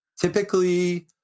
typically